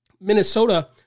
Minnesota